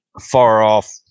far-off –